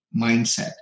mindset